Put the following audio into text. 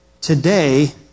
today